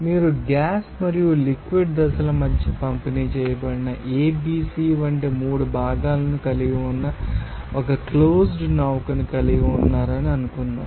మీరు గ్యాస్ మరియు లిక్విడ్ దశల మధ్య పంపిణీ చేయబడిన ABC వంటి మూడు భాగాలను కలిగి ఉన్న ఒక క్లోజ్డ్ నౌకను కలిగి ఉన్నారని అనుకుందాం